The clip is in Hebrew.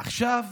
עכשיו,